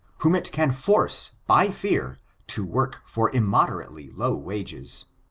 whom it can force by fear to work for immoderately low wages